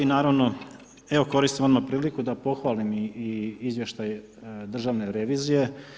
I naravno, evo, koristim odmah priliku, da pohvalim i izvještaj Državne revizije.